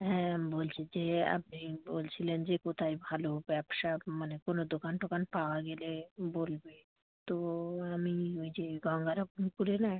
হ্যাঁ বলছি যে আপনি বলছিলেন যে কোথায় ভালো ব্যবসা মানে কোনো দোকান টোকান পাওয়া গেলে বলবে তো আমি ওই যে গঙ্গারামপুরে না